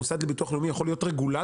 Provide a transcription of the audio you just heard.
המוסד לביטוח לאומי יכול להיות רגולטור